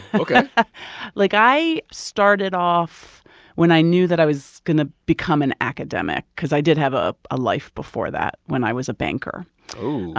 ok like, i started off when i knew that i was going to become an academic because i did have ah a life before that when i was a banker oh.